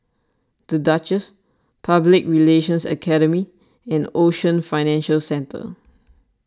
the Duchess Public Relations Academy and Ocean Financial Centre